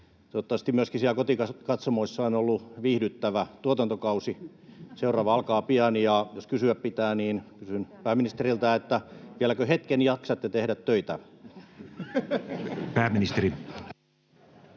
Toivottavasti myöskin siellä kotikatsomoissa on ollut viihdyttävä tuotantokausi. Seuraava alkaa pian, ja jos kysyä pitää, niin kysyn pääministeriltä: vieläkö hetken jaksatte tehdä töitä? Pääministeri.